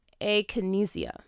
akinesia